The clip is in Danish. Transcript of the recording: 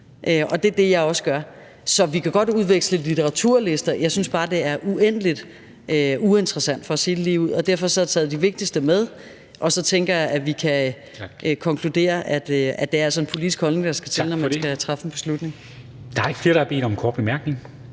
og det er det, jeg også gør. Så vi kan godt udveksle litteraturlister. Jeg synes bare, det er uendelig uinteressant for at sige det ligeud, og derfor har jeg taget de vigtigste med, og så tænker jeg, at vi kan konkludere, at det altså er en politisk holdning, der skal til, når man skal træffe en beslutning. Kl. 19:11 Formanden (Henrik